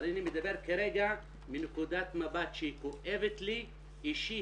אבל אני מדבר כרגע מנקודת מבט שהיא כואבת לי אישית,